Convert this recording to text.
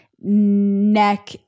neck